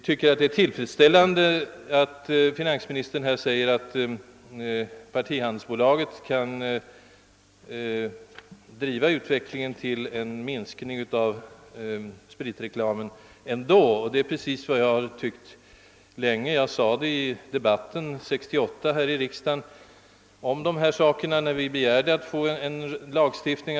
Det är trots allt värt uppskattning att finansministern förklarar att partihandelsbolaget ändå kan driva utvecklingen till en minskning av spritreklamen. Det är exakt vad jag har tyckt länge, och jag sade det också i debatten här i riksdagen 1968, när vi begärde en lagstiftning.